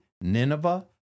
Nineveh